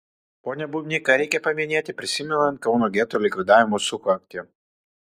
pone bubny ką reikia paminėti prisimenant kauno geto likvidavimo sukaktį